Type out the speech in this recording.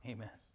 Amen